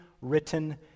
written